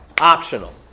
optional